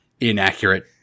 inaccurate